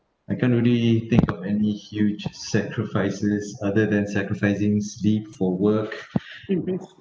I can't really think of any huge sacrifices other than sacrificing sleep for work